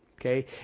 Okay